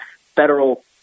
federal